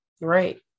Right